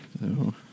No